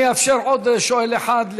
אני אאפשר לעוד שואל אחד,